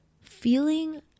feeling